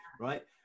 Right